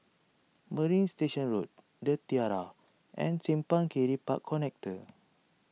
Marina Station Road the Tiara and Simpang Kiri Park Connector